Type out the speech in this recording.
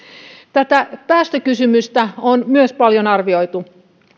tätä päästökysymystä on myös paljon arvioitu